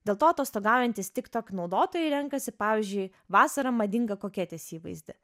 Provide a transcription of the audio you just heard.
dėl to atostogaujantys tiktok naudotojai renkasi pavyzdžiui vasarą madingą koketės įvaizdį